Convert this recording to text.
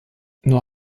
nur